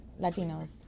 Latinos